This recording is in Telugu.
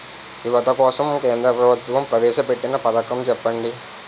యువత కోసం కేంద్ర ప్రభుత్వం ప్రవేశ పెట్టిన పథకం చెప్పండి?